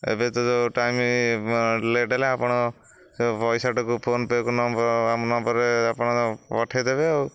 ଏବେ ତ ଯେଉଁ ଟାଇମ ଲେଟ୍ ହେଲା ଆପଣ ସେ ପଇସାଟାକୁ ଫୋନପେକୁ ଆମ ନମ୍ବରରେ ଆପଣ ପଠେଇଦେବେ ଆଉ